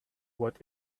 what